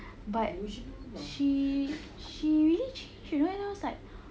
but she she really change her right now is like